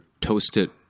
toasted